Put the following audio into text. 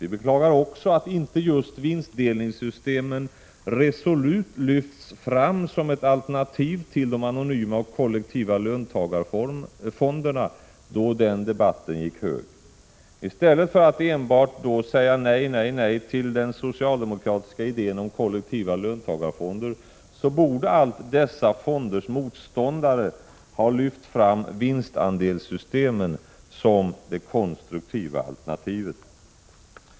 Vi beklagar också att inte just vinstdelningssystemen resolut lyftes fram som alternativ till de anonyma och kollektiva löntagarfonderna, då den debattens vågor gick höga. I stället för att enbart säga nej, nej, nej till den socialdemokratiska idéen om kollektiva löntagarfonder borde dessa fonders motståndare ha lyft fram vinstandelssystemen som det konstruktiva alternativet.